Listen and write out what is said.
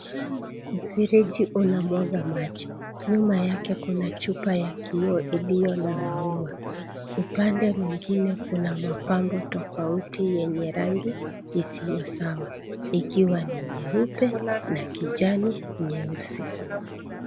Mfereji unamwaga maji , nyuma yake kuna chupa ya kioo iliyo na maua. Upande mwingine kuna mapambo tofauti yenye rangi isiyo sawa, ikiwa ni nyeupe, na kijani nyeusi .